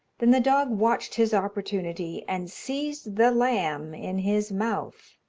than the dog watched his opportunity, and seized the lamb in his mouth.